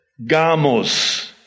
gamos